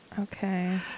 Okay